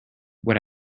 what